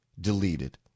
deleted